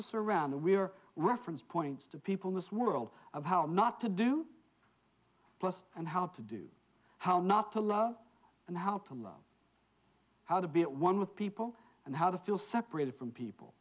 us around the we are reference points to people miss world of how not to do plus and how to do how not to love and how to love how to be one with people and how to feel separated from people